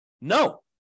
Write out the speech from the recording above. No